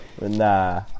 nah